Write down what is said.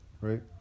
right